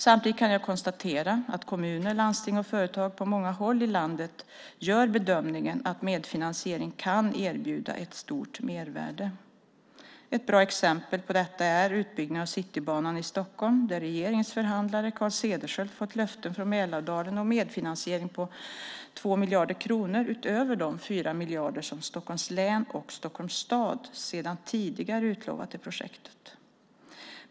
Samtidigt kan jag konstatera att kommuner, landsting och företag på många håll i landet gör bedömningen att medfinansiering kan erbjuda ett stort mervärde. Ett bra exempel på detta är utbyggnaden av Citybanan i Stockholm, där regeringens förhandlare Carl Cederschiöld fått löften från Mälardalen om medfinansiering på 2 miljarder kronor utöver de 4 miljarder kronor som Stockholms län och Stockholms stad sedan tidigare utlovat till projektet.